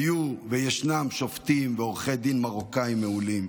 היו וישנם שופטים ועורכי דין מרוקאים מעולים,